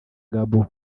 gabon